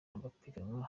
abapiganwa